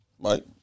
Mike